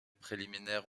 préliminaires